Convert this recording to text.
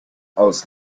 aus